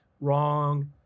Wrong